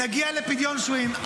נגיע לפדיון שבויים.